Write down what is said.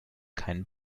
keinen